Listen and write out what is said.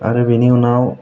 आरो बेनि उनाव